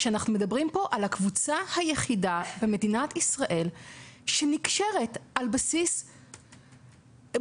אנחנו מדברים פה על הקבוצה היחידה במדינת ישראל שנקשרת על בסיס יומי.